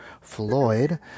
floyd